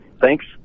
Thanks